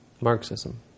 Marxism